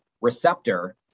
receptor